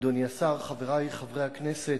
אדוני השר, חברי חברי הכנסת,